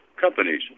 companies